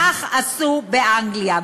כך עשו באנגליה.